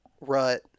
rut